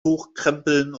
hochkrempeln